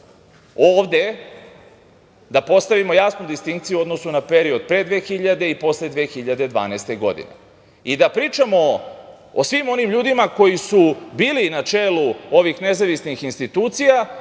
ovde da postavimo jasnu distinkciju u odnosu na period pre 2000. i posle 2012. godine i da pričamo o svim onim ljudima koji su bili na čelu ovih nezavisnih institucija,